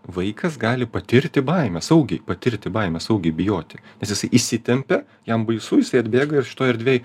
vaikas gali patirti baimę saugiai patirti baimę saugiai bijoti nes jisai įsitempia jam baisu jisai atbėga ir šitoj erdvėj